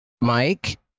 Mike